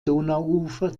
donauufer